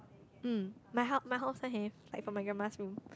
mm my hou~ my house also have like from my grandma's room